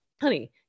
honey